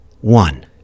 One